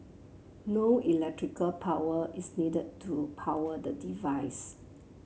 no electrical power is needed to power the device